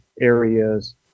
areas